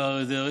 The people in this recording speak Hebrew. לבאות.